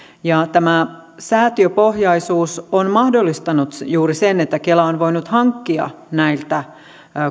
ja tämä säätiöpohjaisuus on mahdollistanut juuri sen että kela on voinut hankkia näiltä